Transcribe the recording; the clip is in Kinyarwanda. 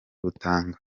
butanga